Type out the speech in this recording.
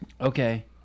Okay